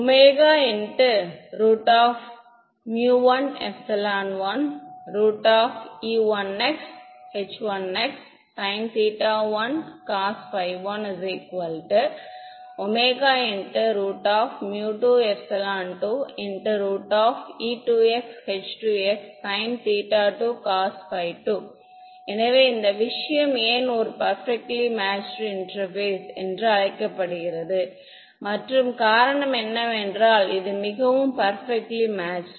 𝛚11e1y h1ysinθ1 cos ϕ1 𝛚22 e2y h2ysinθ2 cos ϕ2 எனவே இந்த விஷயம் ஏன் ஒரு பெர்பெக்ட்லி மேட்சுடு இன்டெர்பேஸ் என்று அழைக்கப்படுகிறது மற்றும் காரணம் என்னவென்றால் இது மிகவும் பெர்பெக்ட்லி மேட்சுடு